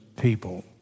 people